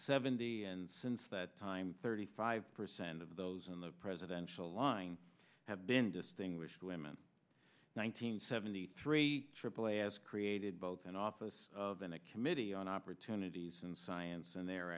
seventy and since that time thirty five percent of those in the presidential line have been distinguished women one hundred seventy three aaa has created both an office of an a committee on opportunities and science and their